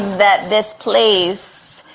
that? this place